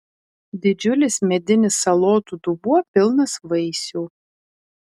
didžiulis medinis salotų dubuo pilnas vaisių